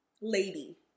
lady